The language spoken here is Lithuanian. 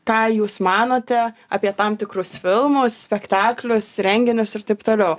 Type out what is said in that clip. ką jūs manote apie tam tikrus filmus spektaklius renginius ir taip toliau